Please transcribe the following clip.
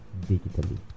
digitally